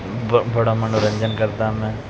ਬ ਬੜਾ ਮਨੋਰੰਜਨ ਕਰਦਾ ਮੈਂ